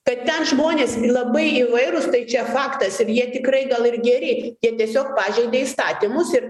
kad ten žmonės labai įvairūs tai čia faktas ir jie tikrai gal ir geri jie tiesiog pažeidė įstatymus ir